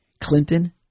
Clinton